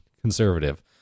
conservative